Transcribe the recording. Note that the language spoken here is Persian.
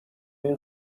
این